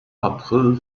april